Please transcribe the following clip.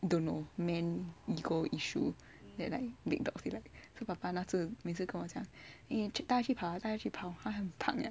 don't know man ego issue they like big dogs they like papa 那次每次跟我讲 eh 带她去跑带她去跑它很胖 liao